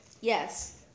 Yes